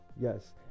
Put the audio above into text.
Yes